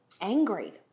angry